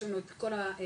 יש לנו את כל הצהרונים,